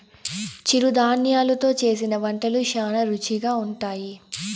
చిరుధాన్యలు తో చేసిన వంటలు శ్యానా రుచిగా ఉంటాయి